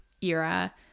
era